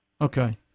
okay